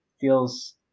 feels